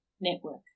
network